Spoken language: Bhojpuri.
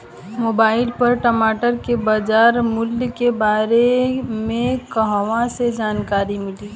मोबाइल पर टमाटर के बजार मूल्य के बारे मे कहवा से जानकारी मिली?